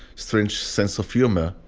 strange sense of humor,